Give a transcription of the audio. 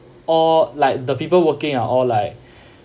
uh like the people working are all like